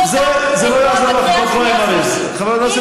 בצורה של